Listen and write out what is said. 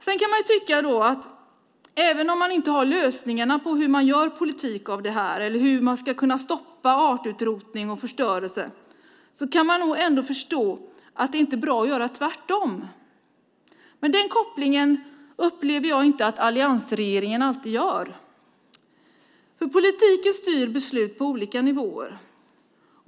Man kan tycka att även om man inte har lösningarna på hur man gör politik av det här eller hur man ska kunna stoppa artutrotning och förstörelse kan man ändå förstå att det inte är bra att göra tvärtom. Men den kopplingen upplever jag inte att alliansregeringen alltid gör. Politiken styr beslut på olika nivåer.